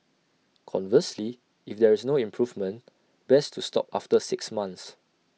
conversely if there is no improvement best to stop after six months